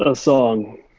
ah song.